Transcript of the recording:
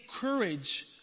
courage